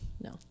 no